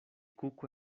kuko